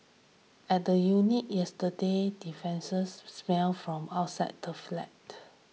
at the unit yesterday smelt from outside the flat